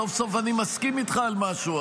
סוף-סוף אני מסכים איתך על משהו,